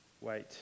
wait